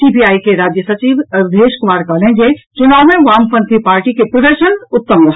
CPI के राज्य सचिव अवधेश कुमार कहलनि जे चुनाव मे वामपंथी पार्टी के प्रदर्शन उत्तम रहल